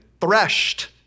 threshed